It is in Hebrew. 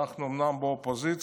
אנחנו אומנם באופוזיציה,